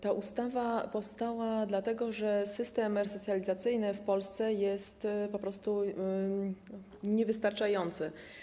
Ta ustawa powstała dlatego, że system resocjalizacyjny w Polsce jest po prostu niewystarczający.